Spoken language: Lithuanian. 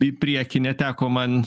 į priekį neteko man